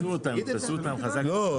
לא,